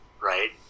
right